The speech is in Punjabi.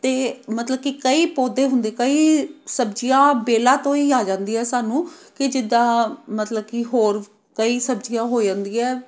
ਅਤੇ ਮਤਲਬ ਕਿ ਕਈ ਪੌਦੇ ਹੁੰਦੇ ਕਈ ਸਬਜ਼ੀਆਂ ਵੇਲਾਂ ਤੋਂ ਹੀ ਆ ਜਾਂਦੀਆਂ ਸਾਨੂੰ ਕਿ ਜਿੱਦਾਂ ਮਤਲਬ ਕਿ ਹੋਰ ਕਈ ਸਬਜ਼ੀਆਂ ਹੋ ਜਾਂਦੀਆਂ